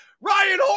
Ryan